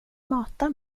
mata